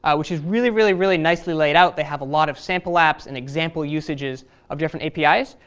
which is really, really really nicely laid out. they have a lot of sample apps and example usages of different apis,